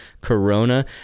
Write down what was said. corona